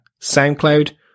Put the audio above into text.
SoundCloud